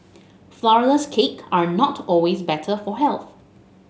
flourless cakes are not always better for health